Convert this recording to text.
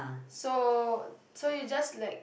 so so you just like